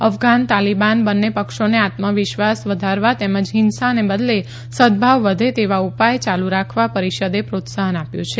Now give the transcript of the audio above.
અફઘાન તાલીબાન બંને પક્ષોને આત્મવિશ્વાસ વધારવા તેમજ ફિંસાને બદલે સદભાવ વધે તેવા ઉપાય ચાલુ રાખવા પરીષદે પ્રોત્સાહન આપ્યું છે